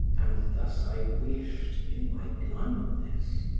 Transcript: and thus i wished, in my blindness.